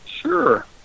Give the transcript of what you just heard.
Sure